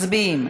מצביעים.